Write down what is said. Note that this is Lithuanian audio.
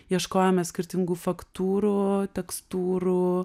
ieškojome skirtingų faktūrų tekstūrų